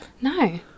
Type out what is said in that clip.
No